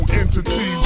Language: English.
entity